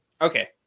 Okay